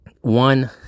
One